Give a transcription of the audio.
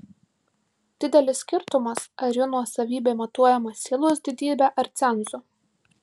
didelis skirtumas ar jo nuosavybė matuojama sielos didybe ar cenzu